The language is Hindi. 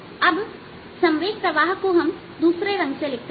अब संवेग प्रवाह को हम दूसरे रंग से लिख लेते हैं